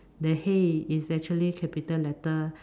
the hey is actually capital letter